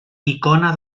icona